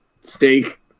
steak